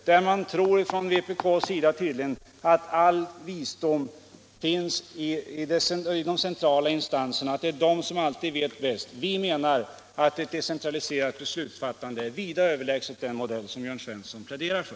Vpk tror tydligen att all visdom finns i de centrala instanserna, att det alltid är de som vet bäst. Vi menar att ett decentraliserat beslutsfattande är vida överlägset den modell Jörn Svensson pläderar för.